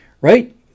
right